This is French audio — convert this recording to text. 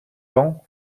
temps